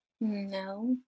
No